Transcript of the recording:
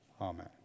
Amen